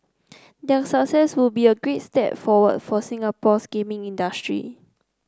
their success would be a great step forward for Singapore's gaming industry